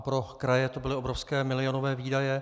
Pro kraje to byly obrovské milionové výdaje.